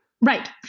right